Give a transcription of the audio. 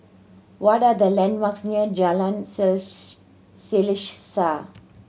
what are the landmarks near Jalan Sale Selaseh